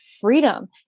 freedom